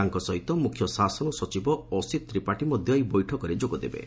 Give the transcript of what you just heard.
ତାଙ୍କ ସହିତ ମୁଖ୍ୟ ଶାସନ ସଚିବ ଅଶିତ୍ ତ୍ରିପାଠୀ ମଧ ଏହି ବୈଠକରେ ଯୋଗ ଦେବେ